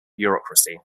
bureaucracy